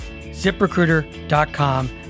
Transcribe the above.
ziprecruiter.com